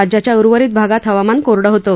राज्याच्या उर्वरित भागात हवामान कोरडं होतं